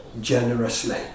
generously